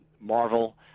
Marvel